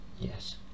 Yes